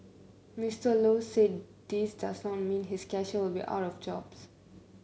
Mister Low said this does not mean his cashiers will be out of jobs